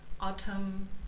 autumn